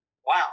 Wow